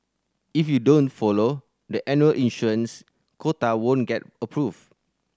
if you don't follow the annual issuance quota won't get approved